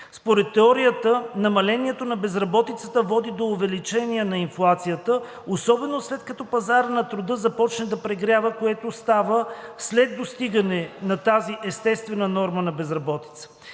Според теорията намалението на безработицата води до увеличение на инфлацията, особено след като пазарът на труда започне да прегрява, което става след достигане на тази естествена норма на безработица.